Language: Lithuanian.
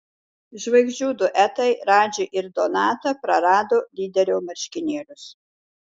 žvaigždžių duetai radži ir donata prarado lyderio marškinėlius